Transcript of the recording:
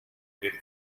per